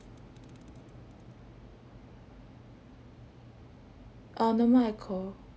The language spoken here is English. oh no more echo